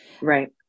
Right